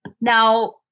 now